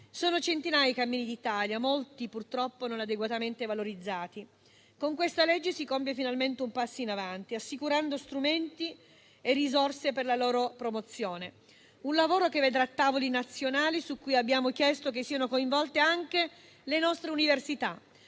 Sono centinaia i cammini d'Italia, molti purtroppo non adeguatamente valorizzati. Con questa legge si compie finalmente un passo in avanti, assicurando strumenti e risorse per la loro promozione; un lavoro che vedrà tavoli nazionali, nei quali abbiamo chiesto siano coinvolte anche le nostre università,